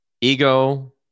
ego